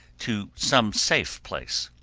to some safe place.